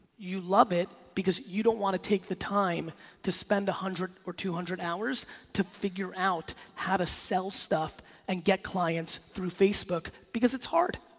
you love it because you don't wanna take the time to spend one hundred or two hundred hours to figure out how to sell stuff and get clients through facebook because it's hard.